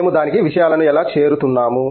మేము దానికి విషయాలను ఎలా చేరుతున్నాము